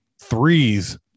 threes